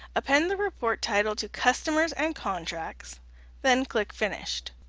append the report title to customersandcontracts then click finish.